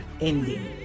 ending